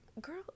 girl